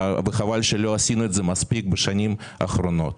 וחבל שלא עשינו את זה מספיק בשנים האחרונות.